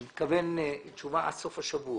אני מתכוון עד סוף השבוע,